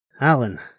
Alan